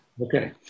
Okay